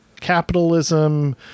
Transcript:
capitalism